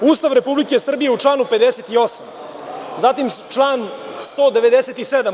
Ustav Republike Srbije u članu 58, zatim član 197.